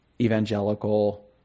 evangelical